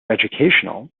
educational